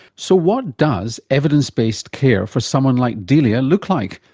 so what does evidence based care for someone like delia look like,